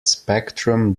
spectrum